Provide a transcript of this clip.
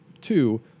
Two